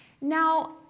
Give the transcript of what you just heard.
Now